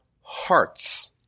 hearts